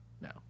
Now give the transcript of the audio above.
no